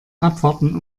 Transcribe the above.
abwarten